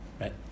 Right